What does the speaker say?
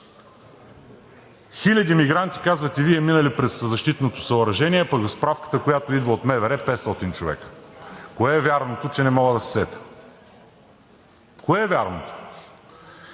Хиляди мигранти, казвате Вие, минали през защитното съоръжение. Пък справката, която идва от МВР – 500 човека. Кое е вярното, че не мога да се сетя? Кое е вярното?